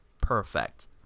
perfect